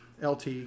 LT